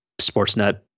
SportsNet